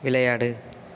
விளையாடு